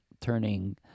turning